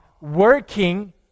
working